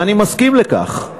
ואני מסכים לכך.